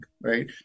right